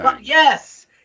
Yes